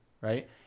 right